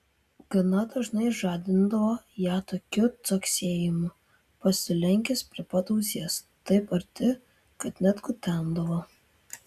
gana dažnai žadindavo ją tokiu caksėjimu pasilenkęs prie pat ausies taip arti kad net kutendavo